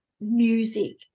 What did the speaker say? music